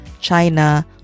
China